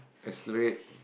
accelerate